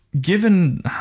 given